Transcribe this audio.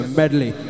medley